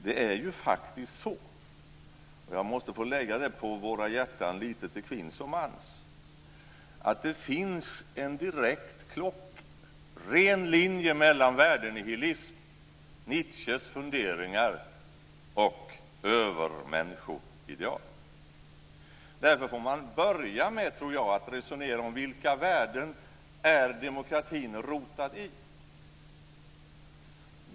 Det är faktiskt så - jag måste få lägga det på våra hjärtan lite till kvinns och mans - att det finns en direkt, klockren linje mellan värdenihilism, Nietzsches funderingar och övermänniskoideal. Därför tror jag att man får börja med att resonera om vilka värden demokratin är rotad i.